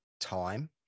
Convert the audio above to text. time